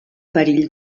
perill